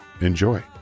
Enjoy